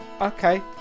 Okay